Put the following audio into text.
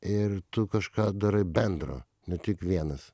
ir tu kažką darai bendro ne tik vienas